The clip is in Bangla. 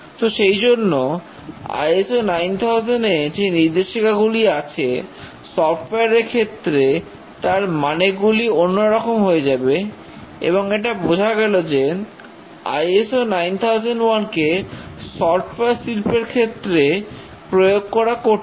তো সেই জন্য ISO 9000 এ যে নির্দেশিকাগুলি আছে সফটওয়্যার এর ক্ষেত্রে তার মানে গুলি অন্যরকম হয়ে যাবে এবং এটা বোঝা গেল যে ISO 9001 কে সফটওয়্যার শিল্পের ক্ষেত্রে প্রয়োগ করা কঠিন